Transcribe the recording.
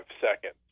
seconds